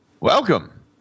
Welcome